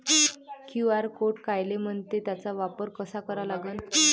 QR code कायले म्हनते, त्याचा वापर कसा करा लागन?